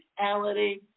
reality